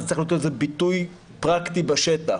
צריך להיות לזה ביטוי פרקטי בשטח.